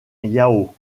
yao